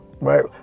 Right